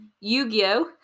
Yu-Gi-Oh